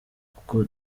kuko